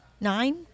Nine